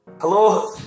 Hello